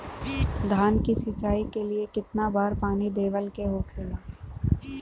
धान की सिंचाई के लिए कितना बार पानी देवल के होखेला?